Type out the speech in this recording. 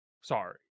Sorry